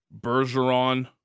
Bergeron